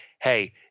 Hey